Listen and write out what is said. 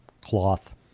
cloth